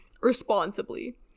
responsibly